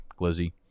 Glizzy